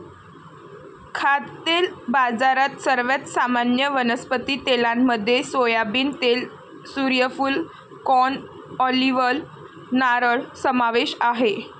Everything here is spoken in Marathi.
खाद्यतेल बाजारात, सर्वात सामान्य वनस्पती तेलांमध्ये सोयाबीन तेल, सूर्यफूल, कॉर्न, ऑलिव्ह, नारळ समावेश आहे